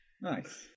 Nice